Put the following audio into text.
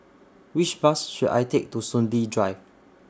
Which Bus should I Take to Soon Lee Drive